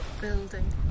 building